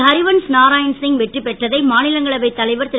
ஹரிவன்ஸ் நாராயண் சிங் வெற்றி பெற்றதை மா நிலங்களவைத் திரு